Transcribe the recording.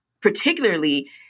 particularly